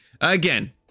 Again